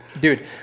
Dude